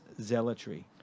zealotry